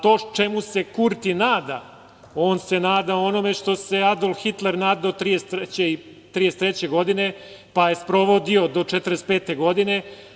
To čemu se Kurti nada, on se nada onome čemu se Adolf Hitler nadao i 1933. godine, pa je sprovodio do 1945. godine.